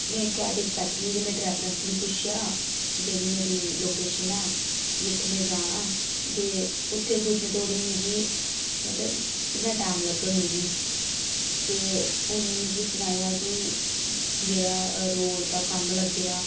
में कैब च बैठी दी ही ते ड्राईवर अंकल गी पुच्छेआ जेह्ड़ी मेरी लोकेशन ऐ जित्थै में जाना ते उत्थै पुज्जने धोड़ी मिगी उत्थै किन्ना टाईम लग्गग मिगी ते उ'नें मिगी सनाया कि जेह्ड़ा रोड़ दा कम्म लग्गे दा